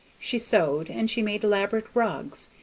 she sewed, and she made elaborate rugs,